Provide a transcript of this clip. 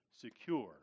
secure